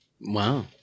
wow